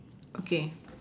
okay